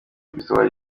christopher